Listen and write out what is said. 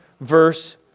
verse